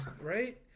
Right